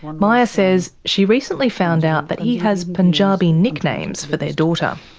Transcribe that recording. maya says she recently found out that he has punjabi nicknames for their daughter.